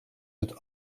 het